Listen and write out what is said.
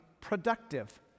productive